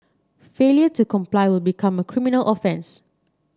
failure to comply will become a criminal offence